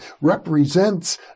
represents